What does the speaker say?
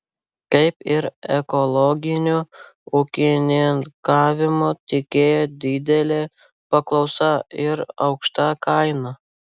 kaip ir ekologiniu ūkininkavimu tikėjo didele paklausa ir aukšta kaina